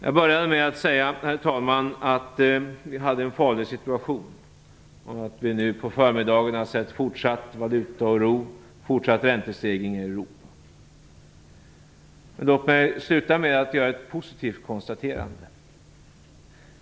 Jag började med att säga att vi har en farlig situation. Vi har nu på förmiddagen sett fortsatt valutaoro och räntestegringar i Europa. Låt mig sluta med att göra ett positivt konstaterande.